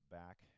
back